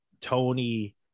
Tony